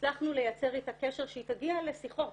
הצלחנו לייצר איתה קשר שהיא תגיע לשיחות,